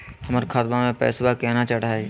हमर खतवा मे पैसवा केना चढाई?